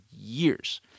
years